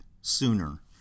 sooner